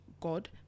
God